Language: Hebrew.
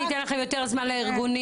אני אתן לכם יותר זמן לארגונים,